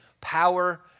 power